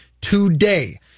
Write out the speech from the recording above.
today